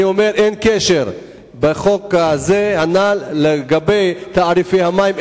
אני אומר: לא מדובר בחוק הזה על תעריפי המים.